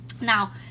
Now